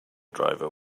driver